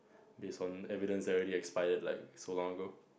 based on evidence that already expired like so long ago